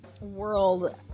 world